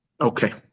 Okay